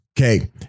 Okay